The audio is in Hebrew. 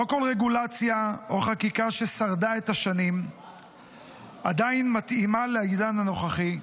לא כל רגולציה או חקיקה ששרדה את השנים עדיין מתאימה לעידן הנוכחי,